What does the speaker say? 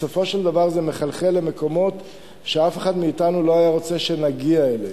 בסופו של דבר זה מחלחל למקומות שאף אחד מאתנו לא היה רוצה שנגיע אליהם,